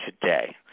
today